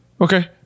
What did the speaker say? Okay